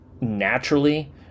naturally